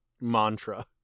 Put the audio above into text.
mantra